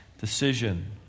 decision